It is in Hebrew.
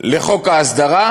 לחוק ההסדרה,